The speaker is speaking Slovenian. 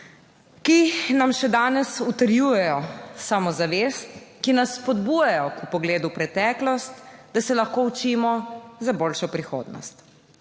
ki nam še danes utrjujejo samozavest, ki nas spodbujajo k vpogledu v preteklost, da se lahko učimo za boljšo prihodnost.